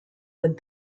would